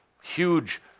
huge